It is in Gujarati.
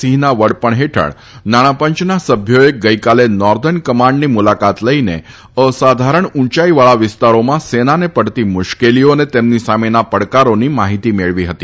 સિંહના વડપણ હેઠળ નાણા પંચના સભ્યોએ ગઇકાલે નોર્ધન કમાન્ડની મુલાકાત લઇને અસાધારણ ઉંચાઇવાળા વિસ્તારોમાં સેનાને પડતી મુશ્કેલીઓ અને તેમની સામેના પડકારોની માહિતી મેળવી હતી